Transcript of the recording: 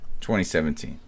2017